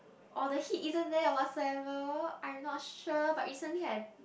or the heat isn't there whatsoever I'm not sure but recently I